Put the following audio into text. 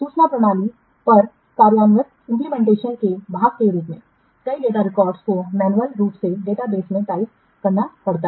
सूचना प्रणाली पर कार्यान्वयन के भाग के रूप में कई डेटा रिकॉर्ड को मैन्युअल रूप से डेटाबेस में टाइप करना पड़ता है